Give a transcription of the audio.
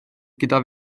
gyda